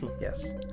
Yes